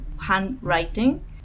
handwriting